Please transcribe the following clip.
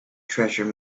treasure